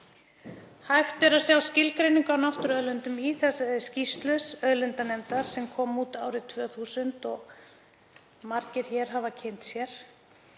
Hægt er að sjá skilgreiningu á náttúruauðlindum í skýrslu auðlindanefndar sem kom út árið 2000 og margir hér hafa kynnt sér.